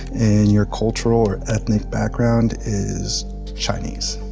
and your cultural or ethnic background is chinese.